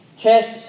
Test